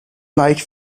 like